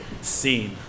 Scene